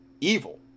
evil